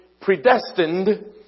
predestined